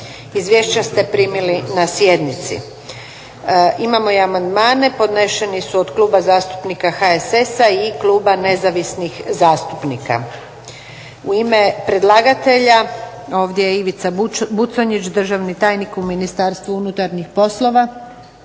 Izvješća ste primili na sjednici. Imamo i amandmane. Podneseni su od Kluba zastupnika HSS-a i kluba Nezavisnih zastupnika. U ime predlagatelja ovdje je Ivica Buconjić, državni tajnik u Ministarstvu unutarnjih poslova.